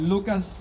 Lucas